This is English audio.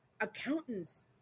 accountants